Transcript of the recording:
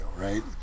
right